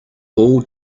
all